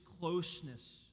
closeness